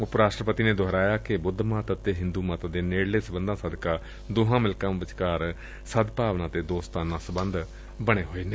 ਉਪ ਰਾਸ਼ਟਰਪਤੀ ਨੇ ਦੁਹਰਾਇਆ ਕਿ ਬੁੱਧ ਮੱਤ ਅਤੇ ਹਿੰਦੁ ਮੱਤ ਦੇ ਨੇੜਲੇ ਸਬੰਧਾਂ ਸਦਕਾ ਦੋਹਾਂ ਮੁਲਕਾਂ ਵਿਚਕਾਰ ਸਦਭਾਵਨਾ ਅਤੇ ਦੋਸਤਾਨਾ ਸਬੰਧ ਬਣੇ ਨੇ